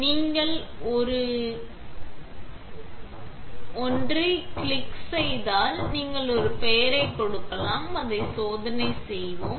நீங்கள் ஒரு கிடைக்க கிளிக் செய்தால் நீங்கள் ஒரு பெயரை கொடுக்கலாம் அதை சோதனை செய்வோம்